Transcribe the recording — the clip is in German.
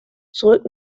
zurück